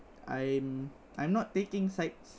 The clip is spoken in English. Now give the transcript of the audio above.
I'm I'm not taking sides